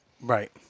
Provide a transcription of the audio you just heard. Right